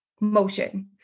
motion